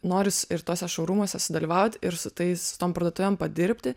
noris ir tuose šou rumuose sudalyvaut ir su tais su tom parduotuvėm padirbti